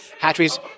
Hatcheries